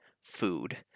food